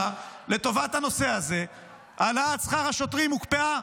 לטובת הנושא הזה העלאת שכר השוטרים הוקפאה,